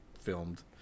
filmed